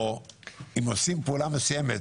או אם עושים פעולה מסוימת,